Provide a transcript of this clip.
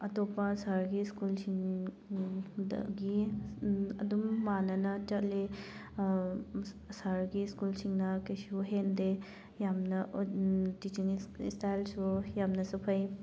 ꯑꯇꯣꯞꯄ ꯁꯍꯔꯒꯤ ꯁ꯭ꯀꯨꯜꯁꯤꯡꯗꯒꯤ ꯑꯗꯨꯝ ꯃꯥꯟꯅꯅ ꯆꯠꯂꯤ ꯁꯍꯔꯒꯤ ꯁ꯭ꯀꯨꯜꯁꯤꯡꯅ ꯀꯩꯁꯨ ꯍꯦꯟꯗꯦ ꯌꯥꯝꯅ ꯇꯤꯆꯤꯡ ꯏꯁꯇꯥꯏꯜꯁꯨ ꯌꯥꯝꯅꯁꯨ ꯐꯩ